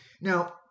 Now